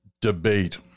debate